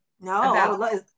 No